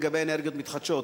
לגבי אנרגיות מתחדשות.